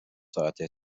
ساعته